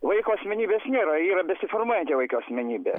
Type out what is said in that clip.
vaiko asmenybės nėra yra besiformuojanti vaiko asmenybė